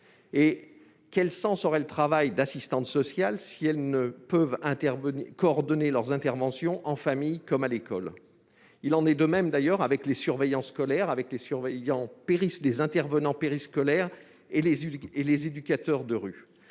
Quel sens donner au travail des assistantes sociales si celles-ci ne peuvent pas coordonner leurs interventions dans les familles et à l'école ? Il en est de même pour les surveillants scolaires, les intervenants périscolaires et les éducateurs de rue.